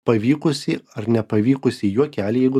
pavykusį ar nepavykusį juokelį jeigu